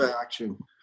action